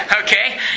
Okay